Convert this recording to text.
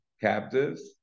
captives